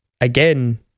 again